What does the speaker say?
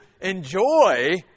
enjoy